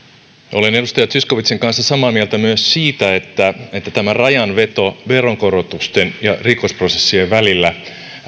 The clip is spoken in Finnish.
olen edustaja zyskowiczin kanssa samaa mieltä myös siitä että että tämä rajanveto veronkorotusten ja rikosprosessien välillä